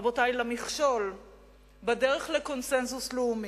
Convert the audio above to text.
רבותי, למכשול בדרך לקונסנזוס לאומי,